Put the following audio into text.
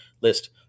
list